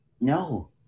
No